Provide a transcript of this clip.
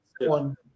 one